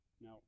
Now